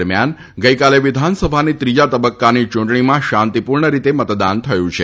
દરમિયાન ગઈકાલે વિધાનસભાની ત્રીજા તબક્કાની ચૂંટણીમાં શાંતિપૂર્ણ રીતે મતદાન થયું છે